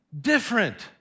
different